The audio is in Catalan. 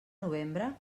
novembre